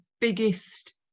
biggest